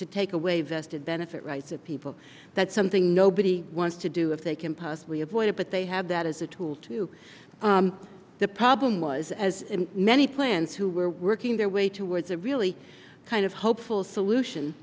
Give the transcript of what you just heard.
to take away vested benefit rights of people that's something nobody wants to do if they can possibly avoid it but they have that as a tool to the problem was as in many plans who were working their way towards a really kind of hopeful solution